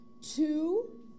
two